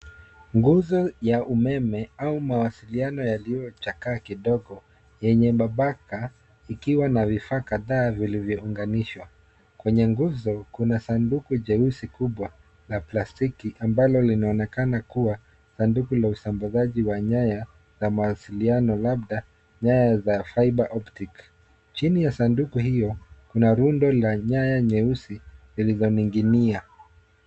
Nguzo ya umeme au mawasiliano yaliyochakaa kidogo yenye mabaka, ikiwa na vifaa kadhaa vilivyounganishwa. Kwenye nguzo kuna sanduku jeusi kubwa la plastiki ambalo linaonekana kuwa sanduku la usambazaji wa nyaya na mawasiliano labda nyaya za fibre optic .Chini ya sanduku hiyo kuna rundo la nyaya nyeusi zilizoninginia.